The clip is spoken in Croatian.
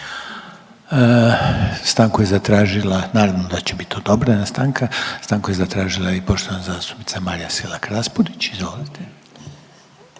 Stanku je zatražila, naravno da će bit odobrena stanka. Stanku je zatražila i poštovana zastupnica Marija Selak Raspudić. Izvolite.